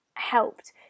helped